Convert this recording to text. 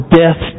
death